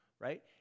right